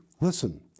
Listen